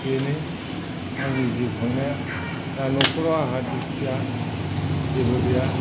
बेनो आंनि जिउ खांनाया दा न'खराव आहा दुखिया जेबो गैया